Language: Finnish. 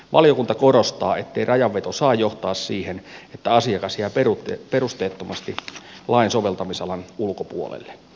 valiokunta korostaa ettei rajanveto saa johtaa siihen että asiakas jää perusteettomasti lain soveltamisalan ulkopuolelle